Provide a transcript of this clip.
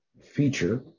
feature